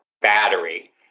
battery